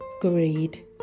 greed